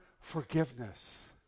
forgiveness